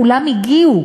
כולם הגיעו